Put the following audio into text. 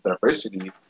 diversity